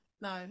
No